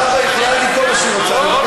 היא יכולה כל מה שהיא רוצה.